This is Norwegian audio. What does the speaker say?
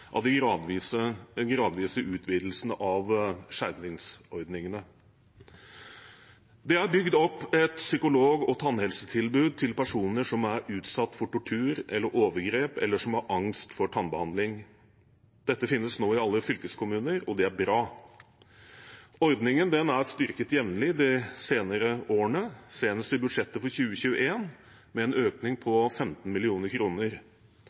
av den gradvise utvidelsen av skjermingsordningene. Det er bygd opp et psykolog- og tannhelsetilbud til personer som er utsatt for tortur eller overgrep, eller som har angst for tannbehandling. Dette finnes nå i alle fylkeskommuner, og det er bra. Ordningen er styrket jevnlig de senere årene, senest i budsjettet for 2021, med en økning